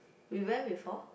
we went before